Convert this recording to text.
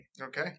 Okay